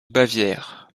bavière